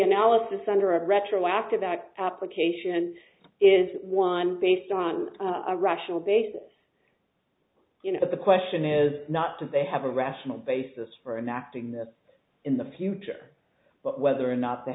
analysis under a retroactive that application is one based on a rational basis you know the question is not that they have a rational basis for an acting this in the future but whether or not they